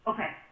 Okay